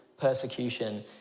persecution